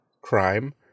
crime